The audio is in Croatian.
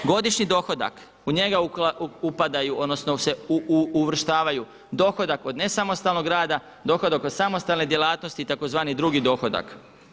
Godišnji dohodak u njega upadaju, odnosno se uvrštavaju dohodak od nesamostalnog rada, dohodak od samostalne djelatnosti tzv. drugi dohodak.